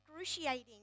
excruciating